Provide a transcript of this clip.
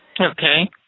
Okay